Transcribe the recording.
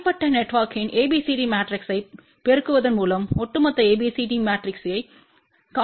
தனிப்பட்ட நெட்வொர்க்கின் ABCD மேட்ரிக்ஸைப் பெருக்குவதன் மூலம் ஒட்டுமொத்த ABCD மாட்ரிக்ஸ்யைக் காணலாம்